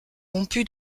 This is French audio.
rompu